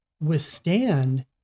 withstand